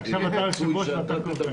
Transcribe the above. עכשיו אתה היושב-ראש, ואתה תדבר.